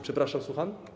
Przepraszam, słucham?